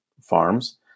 farms